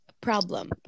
problem